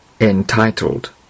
entitled